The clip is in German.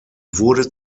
wurde